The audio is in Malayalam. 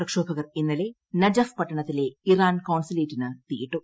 പ്രക്ഷോഭകർ ഇന്നലെ നജഫ് പട്ടണത്തിലെ ഇറാൻ കോൺസുലേറ്റിന് ്തീയിട്ടു